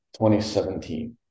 2017